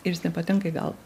ir jis nepatenka į galvą